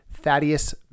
Thaddeus